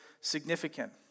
significant